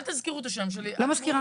אל תזכירו את השם שלי -- לא מזכירה,